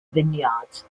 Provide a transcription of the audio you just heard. vineyards